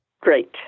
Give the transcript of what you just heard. Great